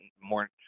more